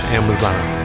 amazon